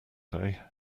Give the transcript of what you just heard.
day